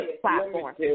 platform